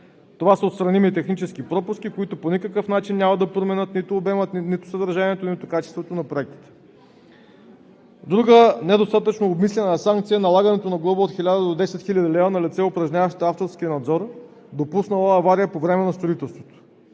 Това са отстраними технически пропуски, които по никакъв начин няма да променят нито обема, нито съдържанието, нито качеството на проектите. Друга недостатъчно обмислена санкция е налагането на глоба от 1000 до 10 000 лв. на лице, упражняващо авторския надзор, допуснало авария по време на строителството.